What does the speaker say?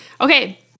Okay